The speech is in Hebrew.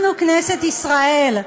אנחנו כנסת ישראל,